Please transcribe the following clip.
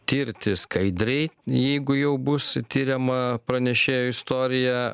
tirti skaidriai jeigu jau bus tiriama pranešėjo istorija